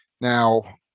Now